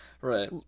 Right